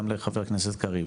גם לחבר הכנסת קריב,